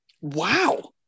Wow